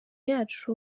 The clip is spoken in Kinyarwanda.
yacu